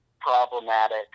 problematic